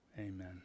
amen